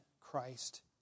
Christ